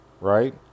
Right